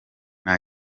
nta